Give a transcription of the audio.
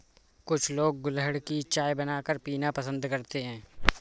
कुछ लोग गुलहड़ की चाय बनाकर पीना पसंद करते है